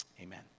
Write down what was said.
Amen